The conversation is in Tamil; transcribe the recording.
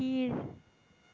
கீழ்